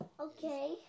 Okay